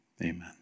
Amen